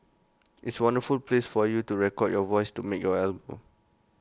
it's wonderful place for you to record your voice to make your album